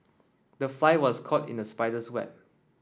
the fly was caught in the spider's web